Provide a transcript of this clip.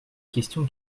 question